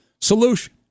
solution